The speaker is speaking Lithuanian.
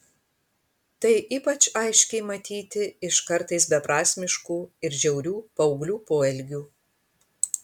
tai ypač aiškiai matyti iš kartais beprasmiškų ir žiaurių paauglių poelgių